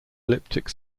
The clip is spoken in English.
elliptic